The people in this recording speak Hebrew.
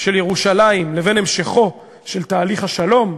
של ירושלים לבין המשכו של תהליך השלום: